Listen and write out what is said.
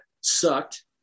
sucked